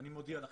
ואני מודיע לכם,